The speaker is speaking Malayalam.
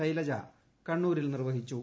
ശൈലജ കണ്ണൂരിൽ നിർവഹിച്ചു